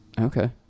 Okay